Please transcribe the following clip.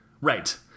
Right